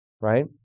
right